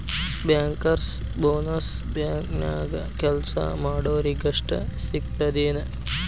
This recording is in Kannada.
ಬ್ಯಾಂಕರ್ಸ್ ಬೊನಸ್ ಬ್ಯಾಂಕ್ನ್ಯಾಗ್ ಕೆಲ್ಸಾ ಮಾಡೊರಿಗಷ್ಟ ಸಿಗ್ತದೇನ್?